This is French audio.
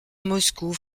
moscou